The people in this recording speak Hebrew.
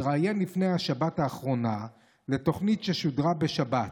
התראיין לפני השבת האחרונה לתוכנית ששודרה בשבת,